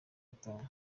gutaha